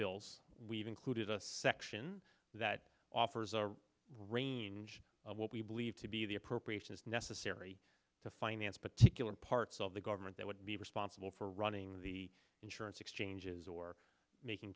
bills we've included a section that offers our range what we believe to be the appropriation is necessary to finance particular parts of the government that would be responsible for running the insurance exchanges or making